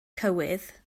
cywydd